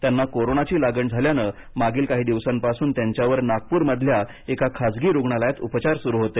त्यांना कोरोनाची लागण झाल्यानं मागील काही दिवसांपासूनन त्यांच्यावर नागपूरमधल्या एका खासगी रुग्णालयात उपचार सुरु होते